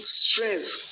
strength